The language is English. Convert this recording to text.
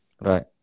Right